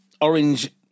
orange